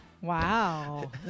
Wow